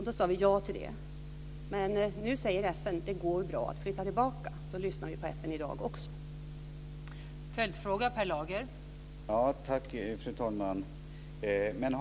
Då sade vi ja till det. Nu säger FN att det går bra att flytta tillbaka. Då lyssnar vi också på FN.